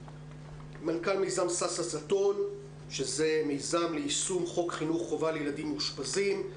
מנכ"ל מיזם סאסא סטון שזה מיזם ליישום חוק חינוך חובה לילדים מאושפזים,